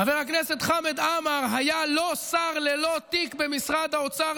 חבר הכנסת חמד עמאר היה לא שר ללא תיק במשרד האוצר,